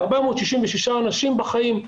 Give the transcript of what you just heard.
466 אנשים בחיים,